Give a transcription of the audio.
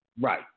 Right